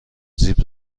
زیپ